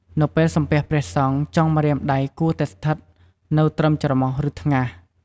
នៅពេលសំពះព្រះសង្ឃ ចុងម្រាមដៃគួរតែស្ថិតនៅត្រឹមច្រមុះ ឬថ្ងាស។